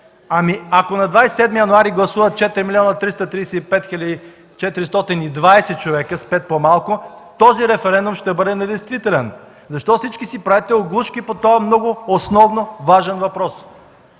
Ами ако на 27 януари гласуват 4 млн. 335 хил. 240 човека – с пет по-малко, този референдум ще бъде недействителен?! Защо всички си правите оглушки по този много основен и важен въпрос?